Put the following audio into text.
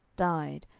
died,